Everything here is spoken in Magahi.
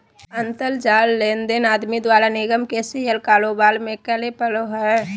अंतर जाल लेनदेन आदमी द्वारा निगम के शेयर कारोबार में करे पड़ो हइ